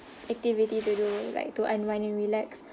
activity to do like to unwind and relax